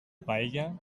paella